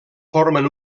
formen